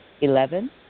Eleven